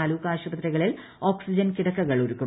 താലൂക്ക് ആശുപത്രികളിൽ ഓക്സിജൻ കിടക്കകൾ ഒരുക്കും